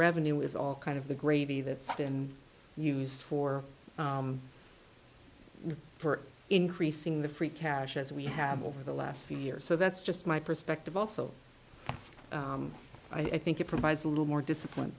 revenue is all kind of the gravy that's been used for for increasing the free cash as we have over the last few years so that's just my perspective also i think it provides a little more discipline